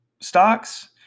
stocks